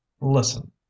listen